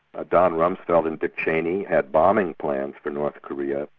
ah donald rumsfeld and dick cheney had bombing plans for north korea,